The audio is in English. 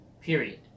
period